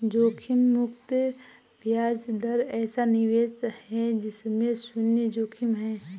जोखिम मुक्त ब्याज दर ऐसा निवेश है जिसमें शुन्य जोखिम है